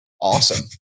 awesome